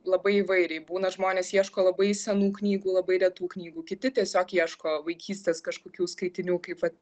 labai įvairiai būna žmonės ieško labai senų knygų labai retų knygų kiti tiesiog ieško vaikystės kažkokių skaitinių kaip vat